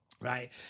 Right